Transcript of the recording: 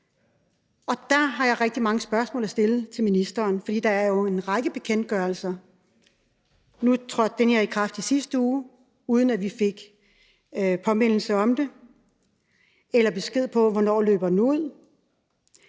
Der har jeg rigtig mange spørgsmål at stille til ministeren, for der er jo en række bekendtgørelser. Nu trådte den her i kraft i sidste uge, uden at vi fik påmindelse om det eller besked om, hvornår den løber ud.